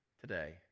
today